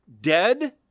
dead